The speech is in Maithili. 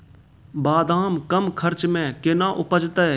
बादाम कम खर्च मे कैना उपजते?